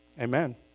Amen